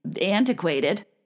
antiquated